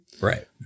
Right